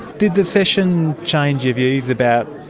did the session change your views about